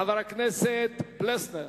חברי הכנסת פלסנר